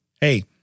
Hey